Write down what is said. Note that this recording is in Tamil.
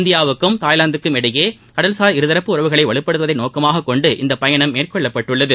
இந்தியாவுக்கும் தாய்லாந்துக்கும் இடையே கடல்சார் இருதரப்பு உறவுகளை வலுப்படுத்துவதை நோக்கமாக கொண்டு இந்த பயணம் மேற்கொள்ளப்பட்டுள்ளது